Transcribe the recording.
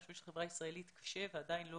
כי לחברה הישראלית קשה והיא עדיין לא